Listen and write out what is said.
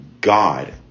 God